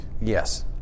Yes